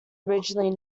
originally